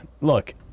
look